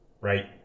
Right